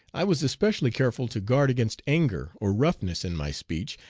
i was especially careful to guard against anger or roughness in my speech,